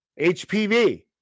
HPV